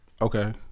Okay